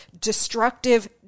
destructive